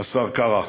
השר קרא.